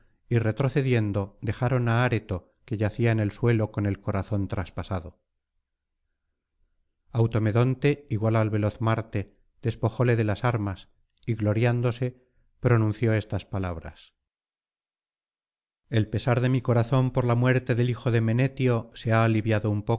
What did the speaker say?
y retrocediendo dejaron á areto que yacía en el suelo con el corazón traspasado automedonte igual al veloz marte despojóle de las armas y gloriándose pronunció estas palabras el pesar de mi corazón por la muerte del hijo de menetio se ha aliviado un